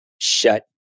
shut